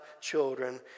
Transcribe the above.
children